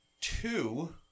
two